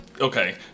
okay